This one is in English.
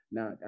Now